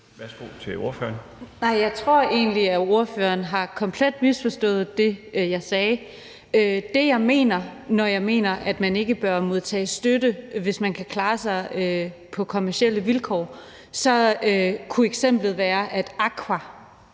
Daugaard (LA): Nej, jeg tror egentlig, at ordføreren komplet har misforstået det, jeg sagde. Det, jeg mener, når jeg siger, at man ikke bør modtage støtte, hvis man kan klare sig på kommercielle vilkår, kunne f.eks. være, at Aqua